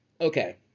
Okay